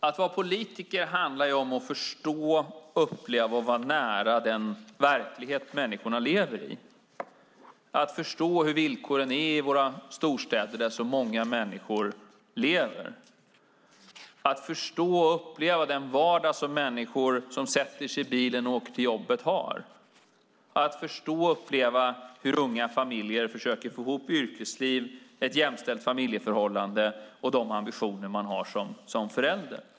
Att vara politiker handlar om att förstå, uppleva och vara nära den verklighet som människorna lever i, att förstå hur villkoren är i våra storstäder där så många människor lever, att förstå och uppleva den vardag som människor som sätter sig i bilen och åker till jobbet har, att förstå och uppleva hur unga familjer försöker få ihop yrkesliv, ett jämställt familjeförhållande och de ambitioner som man har som förälder.